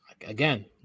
Again